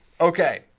Okay